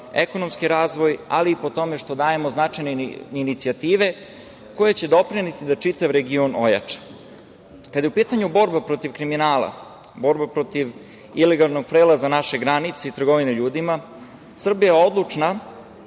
ekonomski razvoj, ali i po tome što dajemo značajne inicijative koje će doprineti da čitav region ojača. Kada je u pitanju borba protiv kriminala, borba protiv ilegalnog prelaza naše granice i trgovine ljudima, Srbija je odlučna